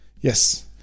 Yes